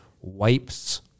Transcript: wipes